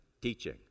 teaching